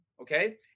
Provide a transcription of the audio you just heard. okay